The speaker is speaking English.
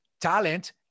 talent